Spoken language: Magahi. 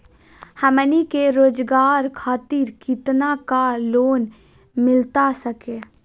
हमनी के रोगजागर खातिर कितना का लोन मिलता सके?